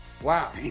Wow